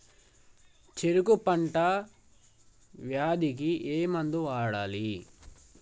చెరుకు పంట వ్యాధి కి ఏ మందు వాడాలి?